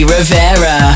Rivera